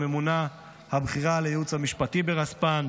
הממונה הבכירה על הייעוץ המשפטי ברספ"ן.